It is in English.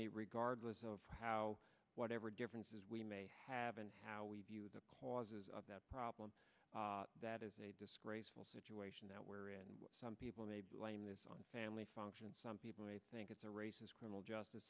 me regardless of how whatever differences we may have and how we view the causes of that problem that is a disgraceful situation now where some people may blame this on family function and some people think it's a racist criminal justice